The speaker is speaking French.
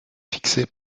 fixés